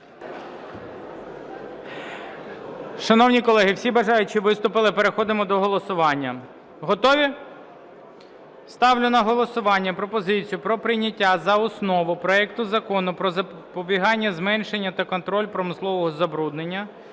Шановні колеги, всі бажаючі виступили, переходимо до голосування. Готові? Ставлю на голосування пропозицію про прийняття за основу проекту Закону про запобігання, зменшення та контроль промислового забруднення